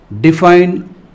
Define